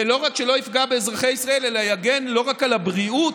ולא רק שלא יפגע באזרחי ישראל אלא יגן לא רק על הבריאות,